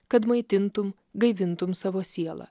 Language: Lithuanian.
kad maitintum gaivintum savo sielą